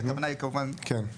כשהכוונה היא כמובן, בסדר?